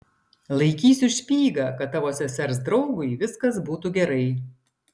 laikysiu špygą kad tavo sesers draugui viskas būtų gerai